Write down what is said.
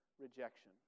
rejection